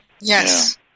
yes